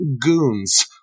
Goons